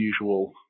usual